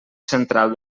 central